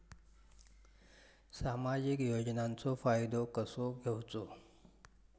सामाजिक योजनांचो फायदो कसो घेवचो?